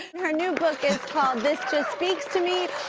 her new book is called this just speaks to me.